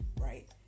right